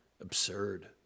absurd